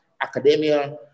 academia